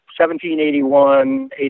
1781